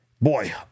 boy